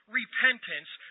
repentance